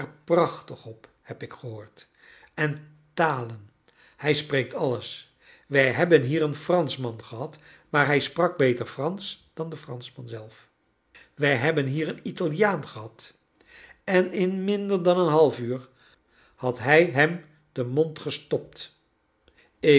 prachtig op heb ik gehoord en talen hij spreekt alles wij hebben hier een franschman gehad maar hij sprak beter fransch dan de franschman zelf wij hebben hier een italiaan gehad en in minder dan een half uur had hij hem den mond gestopt ik